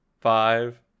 Five